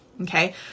Okay